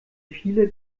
viele